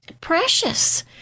precious